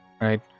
right